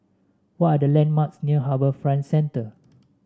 what are the landmarks near HarbourFront Centre